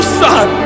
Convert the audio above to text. son